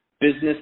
business